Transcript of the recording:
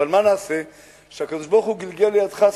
אבל מה נעשה שהקדוש-ברוך-הוא גלגל לידך זכות,